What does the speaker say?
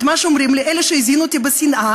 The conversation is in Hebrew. מה שאומרים לי אלה שהזינו אותי בשנאה,